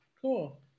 Cool